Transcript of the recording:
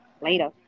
later